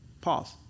pause